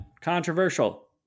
controversial